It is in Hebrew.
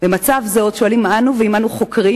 במצב זה עוד שואלים אנו ועמנו חוקרים